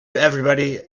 everybody